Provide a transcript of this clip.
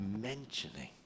mentioning